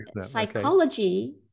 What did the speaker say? psychology